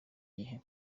gihe